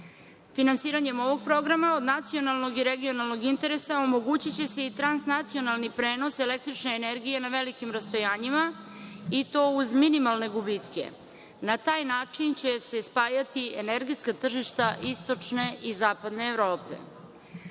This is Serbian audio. Finansiranjem ovog programa, od nacionalnog i regionalnog interesa, omogućiće se i transnacionalni prenos električne energije na velikim rastojanjima i to uz minimalne gubitke. Na taj način će se spajati energetska tržišta istočne i zapadne Evrope.